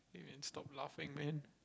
you can stop laughing man